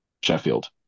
Sheffield